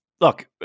look